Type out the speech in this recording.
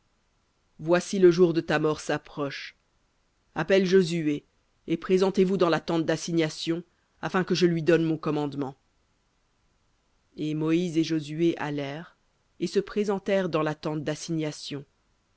voici le jour de ta mort s'approche appelle josué et présentez-vous dans la tente d'assignation afin que je lui donne mon commandement et moïse et josué allèrent et se présentèrent dans la tente d'assignation